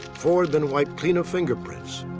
four had been wiped clean of fingerprints.